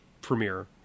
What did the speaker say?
premiere